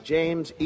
James